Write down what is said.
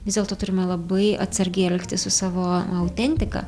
vis dėlto turime labai atsargiai elgtis su savo autentika